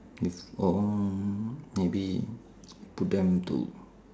if um maybe put them to